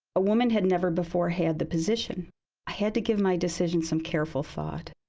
a woman had never before had the position. i had to give my decision some careful thought.